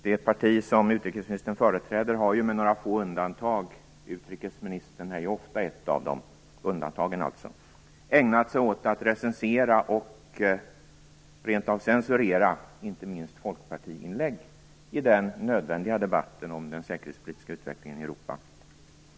Det parti som utrikesministern företräder har ju med några få undantag - utrikesministern är ofta ett av dessa - ägnat sig åt att recensera och rent av censurera inte minst folkpartiinlägg i den nödvändiga debatten om den säkerhetspolitiska utvecklingen i Europa.